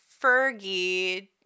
Fergie